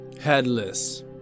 headless